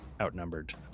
outnumbered